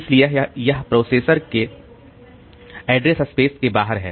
इसलिए यह प्रोसेस के एड्रेस स्पेस के बाहर है